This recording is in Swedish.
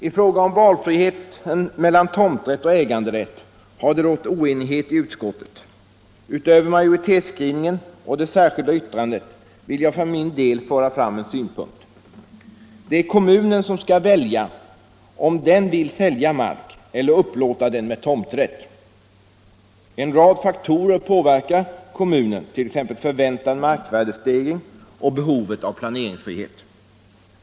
I fråga om valfriheten mellan tomträtt och äganderätt har det rått oenighet i utskottet. Utöver majoritetsskrivningen och det särskilda yttrandet vill jag för min del föra fram en synpunkt. Det är kommunen som skall välja om den vill sälja mark eller upplåta marken med tomträtt. En rad faktorer påverkar kommunen, t.ex. förväntad markvärdesstegring och behovet av planeringsfrihet.